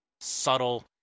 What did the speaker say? subtle